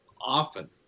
often